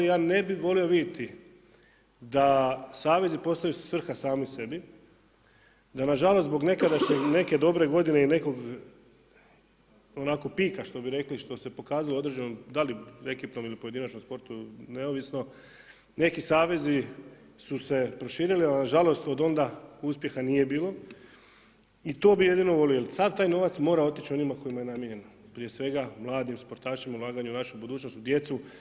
Ja ne bi volio vidjeti da savezi postaju svrha sami sebi, da nažalost zbog nekadašnje neke dobre godine i nekog onako pika što bi rekli što se pokazalo određenom, da li … pojedinačnom sportu neovisno neki savezi su se proširili, ali nažalost od onda uspjeha nije bilo i to bi jedino volio jel sav taj novac mora otići onima kojima je namijenjen, prije svega mladim sportašima i ulaganje u našu budućnost u djecu.